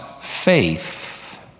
faith